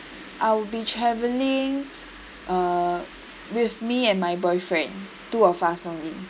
I will be travelling uh with me and my boyfriend two of us only